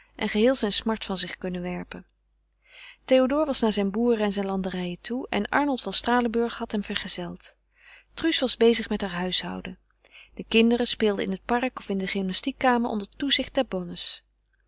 en geheel zijne smart van zich kunnen werpen théodore was naar zijne boeren en zijne landerijen toe en arnold van stralenburg had hem vergezeld truus was bezig met haar huishouden de kinderen speelden in het park of in de gymnastiekkamer onder toezicht der bonnes